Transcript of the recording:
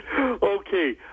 Okay